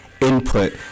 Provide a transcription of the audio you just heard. input